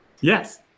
Yes